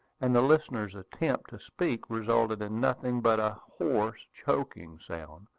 and the listener's attempts to speak resulted in nothing but a hoarse, choking sound,